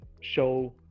show